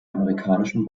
amerikanischen